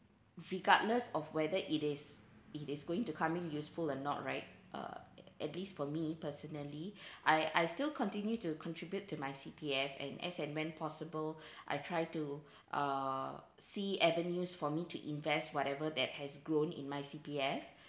regardless of whether it is it is going to come in useful or not right uh at least for me personally I I still continue to contribute to my C_P_F and as and when possible I try to uh see avenues for me to invest whatever that has grown in my C_P_F